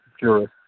Juris